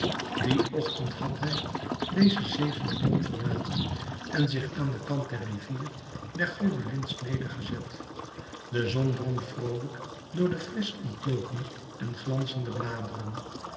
dien ochtend had hij dezen zevenden boom verlaten en zich aan den kant der rivier der gobelins nedergezet de zon drong vroolijk door de frisch ontloken en glanzende bladeren